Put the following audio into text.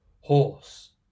horse